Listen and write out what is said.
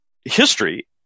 history